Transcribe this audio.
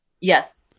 Yes